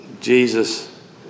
Jesus